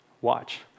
watch